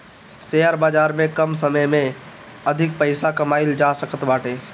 share बाजार में कम समय में अधिका पईसा कमाईल जा सकत बाटे